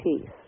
peace